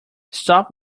stop